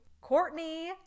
courtney